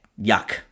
yuck